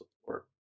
support